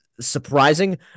surprising